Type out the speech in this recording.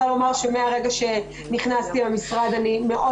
צריך לומר שמהרגע שנכנסתי למשרד אני מאוד